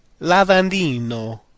lavandino